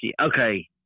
Okay